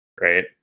right